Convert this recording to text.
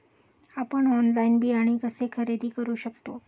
आपण ऑनलाइन बियाणे कसे खरेदी करू शकतो?